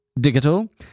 Digital